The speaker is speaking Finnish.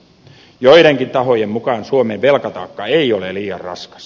joidenkin tahojen mukaan suomen velkataakka ei ole liian raskas